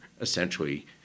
essentially